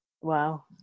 Wow